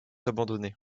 abandonnés